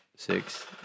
Six